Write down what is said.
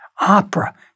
opera